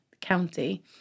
county